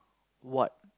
what